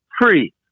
free